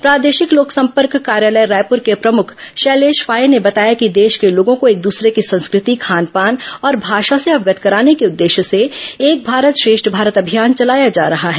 प्रादेशिक लोकसंपर्क कार्यालय रायपुर के प्रमुख शैलेष फाये ने बताया कि देश के लोगों को एक दूसरे की संस्कृति खान पान और भाषा से अवगत कराने ेके उद्देश्य से एक भारत श्रेष्ठ भारत अभियान चलाया जा रहा है